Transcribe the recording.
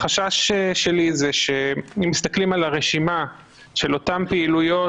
החשש שלי הוא שאם מסתכלים על הרשימה של אותן פעילויות